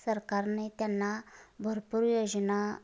सरकारने त्यांना भरपूर योजना